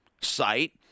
site